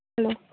hello